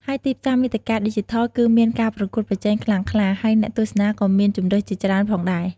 ហើយទីផ្សារមាតិកាឌីជីថលគឺមានការប្រកួតប្រជែងខ្លាំងក្លា ហើយអ្នកទស្សនាក៏មានជម្រើសជាច្រើនផងដែរ។